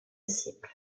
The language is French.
disciple